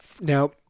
Now